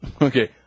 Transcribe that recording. Okay